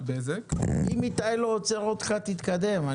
אם איתי לא עוצר אותך תתקדם,